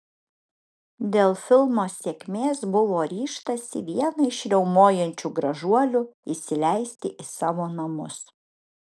dėl filmo sėkmės buvo ryžtasi vieną iš riaumojančių gražuolių įsileisti į savo namus